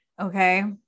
Okay